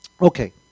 Okay